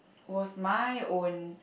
was my own